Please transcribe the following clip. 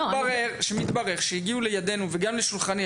מתברר שהגיעו לידינו וגם לשולחני,